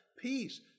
Peace